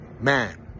man